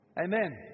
Amen